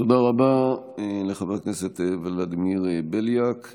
תודה רבה לחבר הכנסת ולדימיר בליאק.